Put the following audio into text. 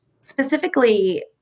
specifically